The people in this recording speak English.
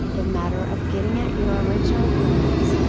the matter of getting at your original plans.